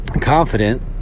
confident